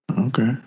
Okay